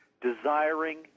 desiring